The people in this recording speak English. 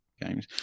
games